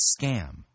scam